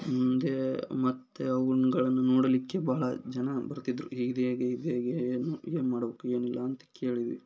ಅಂದೇ ಮತ್ತು ಅವ್ಗಳನ್ ನೋಡಲಿಕ್ಕೆ ಭಾಳ ಜನ ಬರ್ತಿದ್ದರು ಇದು ಹೇಗೆ ಇದು ಹೇಗೆ ಏನು ಏನು ಮಾಡಬೇಕು ಏನಿಲ್ಲ ಅಂತ ಕೇಳಿದ್ವಿ